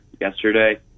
yesterday